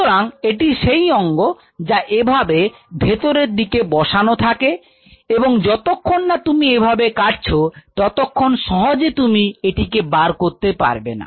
সুতরাং এটি সেই অঙ্গ যা এভাবে ভেতরের দিকে বসানো থাকে এবং যতক্ষণ না তুমি এভাবে কাটছো ততক্ষণ সহজে তুমি এদিকে বার করতে পারবে না